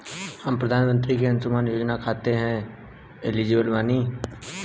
हम प्रधानमंत्री के अंशुमान योजना खाते हैं एलिजिबल बनी?